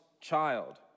child